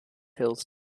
hills